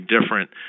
different